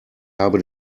habe